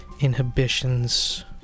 inhibitions